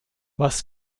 was